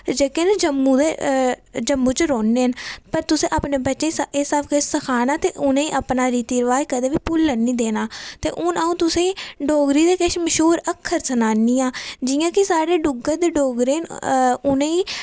जेह्के न जम्मू दे जम्मू च रौह्ने न पर तुस अपने बच्चे ई एह् सब किश सखाना ते उ'नेई अपना रीति रवाज कदे बी भुल्लन निं देना ते हून अ'ऊं तुसें ई डोगरी दे किश मश्हूर अक्खर सनानी आं जि'यां के साढ़े डुग्गर दे डोगरे न उ'ने